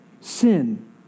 sin